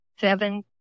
seven